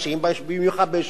במיוחד ביישובים הערביים,